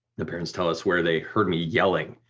the parents tell us, where they heard me yelling.